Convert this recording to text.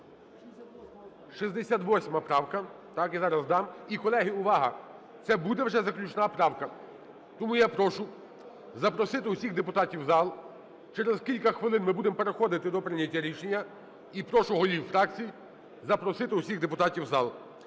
68 правка. Я зараз дам. І, колеги, увага, це буде вже заключна правка. Тому я прошу запросити всіх депутатів в зал, через кілька хвилин ми будемо переходити до прийняття рішення. І прошу голів фракцій запросити всіх депутатів в зал.